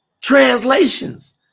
translations